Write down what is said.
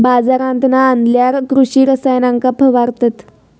बाजारांतना आणल्यार कृषि रसायनांका फवारतत